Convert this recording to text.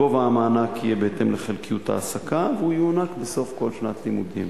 גובה המענק יהיה בהתאם לחלקיות ההעסקה והוא יוענק בסוף כל שנת לימודים.